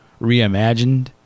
reimagined